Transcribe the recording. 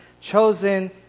chosen